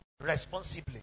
Responsibly